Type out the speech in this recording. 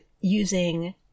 using